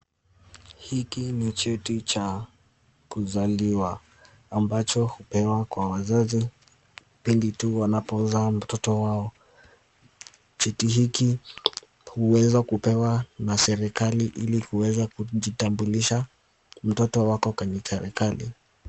Hiki ni cheti cha kuzaliwa ambacho hupewa kwa wazazi pindi tu wanapozaa mtoto wao. Cheti hiki huweza kupewa na serikali ili kuweza kujitambulisha mtoto wako kwenye serikali.